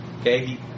Okay